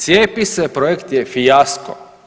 Cijepise projekt je fijasko.